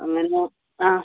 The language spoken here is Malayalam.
അങ്ങനെ ആ